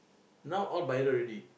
now all viral already